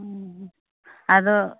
ᱟᱫᱚ